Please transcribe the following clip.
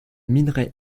minerai